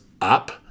Up